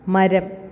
മരം